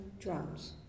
drums